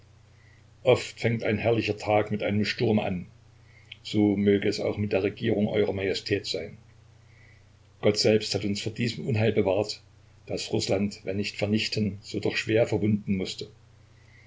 oft fängt ein herrlicher tag mit einem sturme an so möge es auch mit der regierung eurer majestät sein gott selbst hat uns vor diesem unheil bewahrt das rußland wenn nicht vernichten so doch schwer verwunden mußte